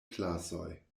klasoj